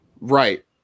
Right